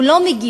הוא לא מגיב,